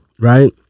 right